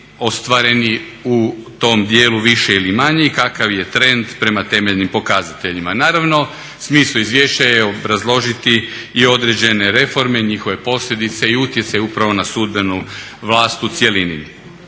ostvareni u tom dijelu više ili manje i kakav je trend prema temeljnim pokazateljima. Naravno, smisao izvješća je obrazložiti i određene reforme, njihove posljedice i utjecaj upravo na sudbenu vlast u cjelini.